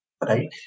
right